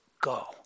Go